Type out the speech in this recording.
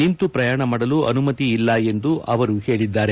ನಿಂತು ಪ್ರಯಾಣ ಮಾಡಲು ಅನುಮತಿ ಇಲ್ಲ ಎಂದು ಅವರು ಹೇಳಿದ್ದಾರೆ